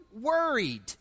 worried